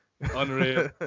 Unreal